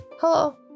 Hello